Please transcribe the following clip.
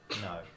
No